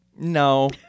no